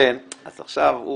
עכשיו,